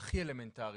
הכי אלמנטרית,